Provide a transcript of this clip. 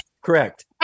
correct